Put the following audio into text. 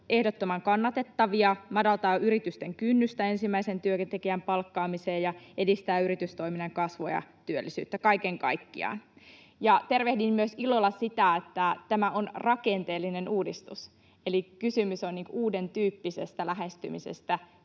ehdottoman kannatettavia: madaltaa yritysten kynnystä ensimmäisen työntekijän palkkaamiseen ja edistää yritystoiminnan kasvua ja työllisyyttä kaiken kaikkiaan. Ja tervehdin ilolla myös sitä, että tämä on rakenteellinen uudistus, eli kysymys on uuden tyyppisestä lähestymisestä